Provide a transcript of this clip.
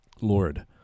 Lord